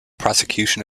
prosecution